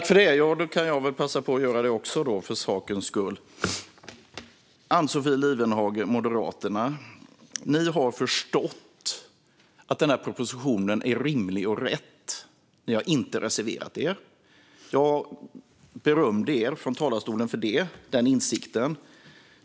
Fru talman! Då kan väl jag passa på att göra det också, för sakens skull. Ann-Sofie Lifvenhage och Moderaterna! Ni har förstått att den här propositionen är rimlig och rätt. Ni har inte reserverat er. Jag berömde er i talarstolen för den insikten.